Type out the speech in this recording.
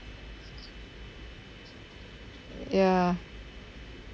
ya